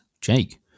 Jake